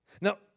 Now